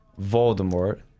Voldemort